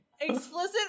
Explicit